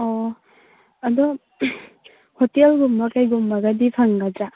ꯑꯣ ꯑꯗꯣ ꯍꯣꯇꯦꯜꯒꯨꯝꯕ ꯀꯩꯒꯨꯝꯕꯒꯗꯤ ꯐꯪꯒꯗ꯭ꯔ